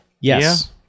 Yes